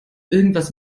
irgendwas